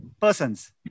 persons